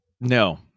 No